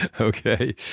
Okay